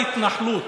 זה כל ההתנחלות,